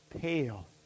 pale